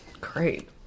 great